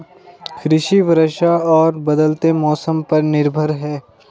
कृषि वर्षा और बदलते मौसम पर निर्भर है